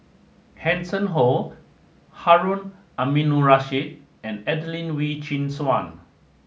Hanson Ho Harun Aminurrashid and Adelene Wee Chin Suan